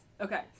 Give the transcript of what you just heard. okay